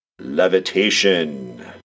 levitation